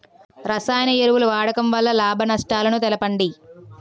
రసాయన ఎరువుల వాడకం వల్ల లాభ నష్టాలను తెలపండి?